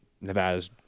Nevada's